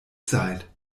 zeit